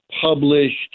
published